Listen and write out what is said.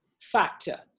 factor